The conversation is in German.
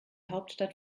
hauptstadt